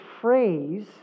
phrase